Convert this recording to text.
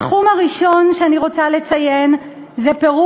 התחום הראשון שאני רוצה לציין זה פירוק